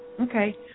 Okay